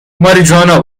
ماریجوانا